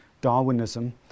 Darwinism